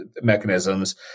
mechanisms